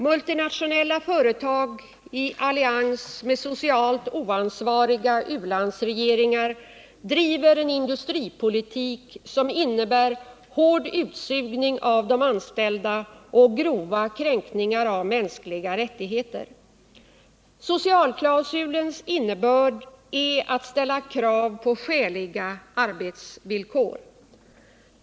Multinationella företag i allians med socialt oansvariga u-landsregeringar driver en industripolitik som innebär hård utsugning av de anställda och grova kränkningar av mänskliga rättigheter. Socialklausulens innebörd är att ställa krav på skäliga arbetsvillkor.